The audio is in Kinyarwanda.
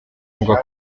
ngo